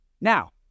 Now